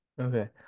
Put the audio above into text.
Okay